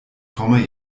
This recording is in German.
komme